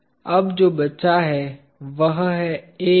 अब जो बचा है वह है AEB